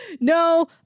No